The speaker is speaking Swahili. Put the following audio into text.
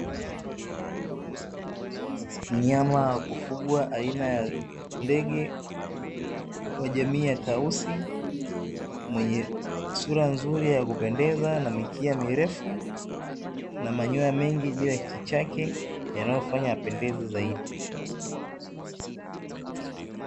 Mnyama wa kufugwa aina ya ndege, wa jamii ya tausi mwenye sura nzuri ya kupendeza na mikia mirefu na manyoya mengi juu ya kichwa chake, yanayofanya apendeze zaidi.